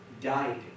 died